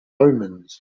omens